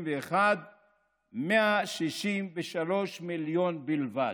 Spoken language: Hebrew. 2021-2020 163 מיליון בלבד.